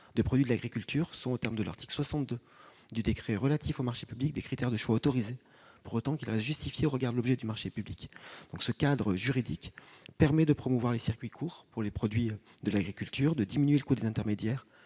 de produits de l'agriculture sont, aux termes de l'article 62 du décret relatif aux marchés publics, des critères de choix autorisés, pour autant qu'ils restent justifiés au regard de l'objet du marché public. Ce cadre juridique permet de promouvoir les circuits courts pour les produits de l'agriculture, de diminuer le coût des intermédiaires